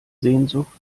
sehnsucht